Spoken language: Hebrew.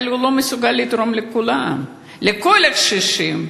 אבל הוא לא מסוגל לתרום לכולם, לכל הקשישים.